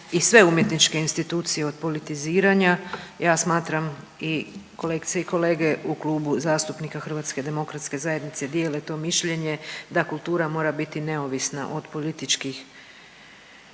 i sve umjetničke institucije od politiziranja. Ja smatram i kolegice i kolege u klubu zastupnika HDZ-a dijete to mišljenje da kultura mora biti neovisna od političkih